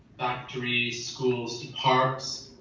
factories, schools, parks,